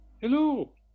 Hello